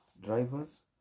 drivers